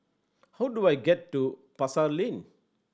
how do I get to Pasar Lane